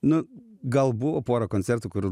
nu gal buvo pora koncertų kur